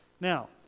Now